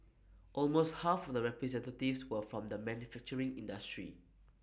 almost half of the representatives were from the manufacturing industry